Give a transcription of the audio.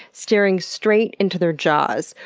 staring straight into their jaws,